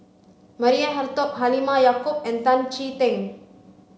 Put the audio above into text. Maria Hertogh Halimah Yacob and Tan Chee Teck